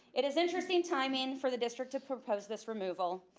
it is interesting timing for the district to propose this removal,